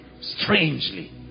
Strangely